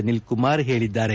ಅನಿಲ್ ಕುಮಾರ್ ಹೇಳಿದ್ದಾರೆ